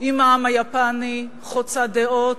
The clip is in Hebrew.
עם העם היפני חוצה דעות,